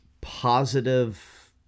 positive